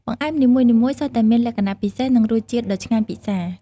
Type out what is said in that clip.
បង្អែមនីមួយៗសុទ្ធតែមានលក្ខណៈពិសេស និងរសជាតិដ៏ឆ្ងាញ់ពិសា។